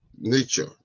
nature